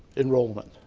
enrollment,